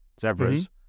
zebras